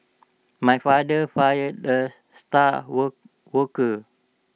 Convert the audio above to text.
my father fired the star work worker